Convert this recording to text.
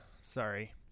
Sorry